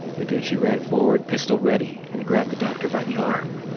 noguchi ran forward, pistol ready, and grabbed the doctor by the arm.